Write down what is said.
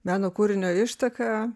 meno kūrinio ištaka